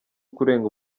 kurenga